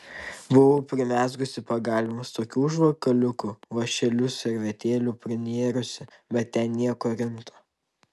buvau primezgusi pagalvėms tokių užvalkaliukų vąšeliu servetėlių prinėrusi bet ten nieko rimto